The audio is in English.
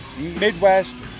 Midwest